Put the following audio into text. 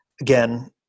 again